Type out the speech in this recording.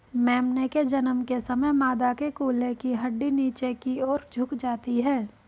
मेमने के जन्म के समय मादा के कूल्हे की हड्डी नीचे की और झुक जाती है